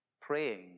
praying